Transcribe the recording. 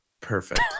Perfect